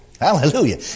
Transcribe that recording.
Hallelujah